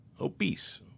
obese